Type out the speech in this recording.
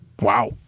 Wow